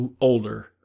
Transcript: older